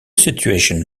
situation